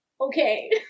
Okay